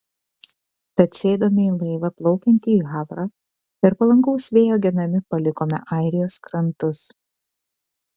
tad sėdome į laivą plaukiantį į havrą ir palankaus vėjo genami palikome airijos krantus